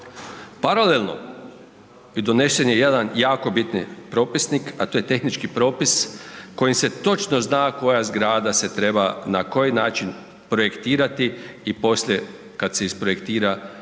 Paralelno donesen je jedan jako bitni propisnik, a to je tehnički propis kojim se točno zna koja zgrada se treba na koji način projektirati i poslije kad se isprojektira izgraditi